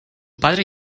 padre